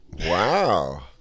Wow